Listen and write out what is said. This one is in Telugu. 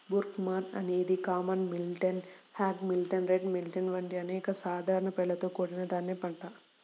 బ్రూమ్కార్న్ అనేది common millet, hog millet, red millet వంటి అనేక సాధారణ పేర్లతో కూడిన ధాన్యం పంట